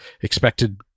expected